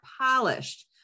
polished